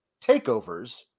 takeovers